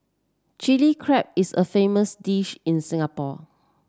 Chilli Crab is a famous dish in Singapore